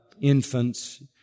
infants